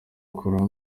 hamwe